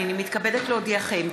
הינני מתכבדת להודיעכם,